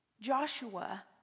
Joshua